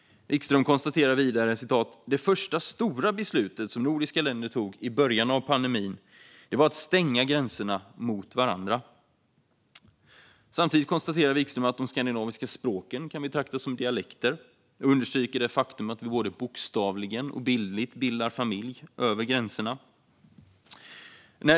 Wikström konstaterar vidare: "Det första stora beslutet som nordiska länder tog i början av pandemin var att stänga gränserna mot varandra." Samtidigt konstaterar Wikström att de skandinaviska språken kan betraktas som dialekter och understryker det faktum att vi både bokstavligt och bildligt bildar familj över gränserna.